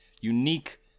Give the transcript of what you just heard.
unique